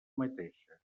mateixa